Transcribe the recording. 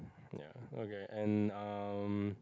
ya okay and um